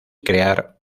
crear